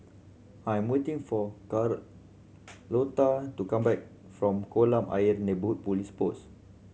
I am waiting for to come back from Kolam Ayer Neighbourhood Police Post